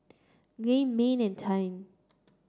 Gaye Mannie and Taryn